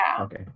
Okay